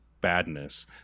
badness